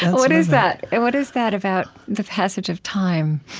what is that? what is that about the passage of time?